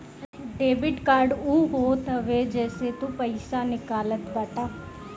debit card उ होत हवे जेसे तू पईसा निकालत बाटअ